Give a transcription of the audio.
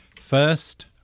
First